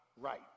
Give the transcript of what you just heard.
right